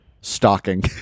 stalking